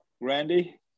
Randy